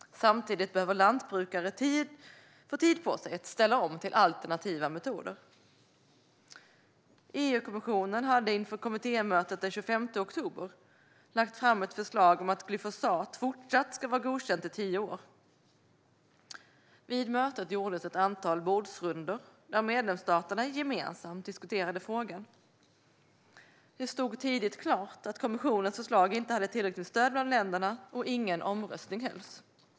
Samtidigt behöver lantbrukare få tid att ställa om till alternativa metoder. EU-kommissionen hade inför kommittémötet den 25 oktober lagt fram ett förslag om att glyfosat fortsatt ska vara godkänt i tio år. Vid mötet gjordes ett antal bordsrundor där medlemsländerna gemensamt diskuterade frågan. Det stod tidigt klart att kommissionens förslag inte hade tillräckligt stöd bland länderna, och ingen omröstning hölls.